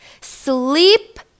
sleep